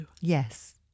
Yes